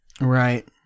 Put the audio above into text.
right